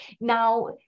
now